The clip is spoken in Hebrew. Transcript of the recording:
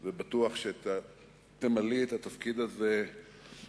אני בטוח שתמלאי את התפקיד הזה בהגינות,